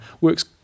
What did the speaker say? works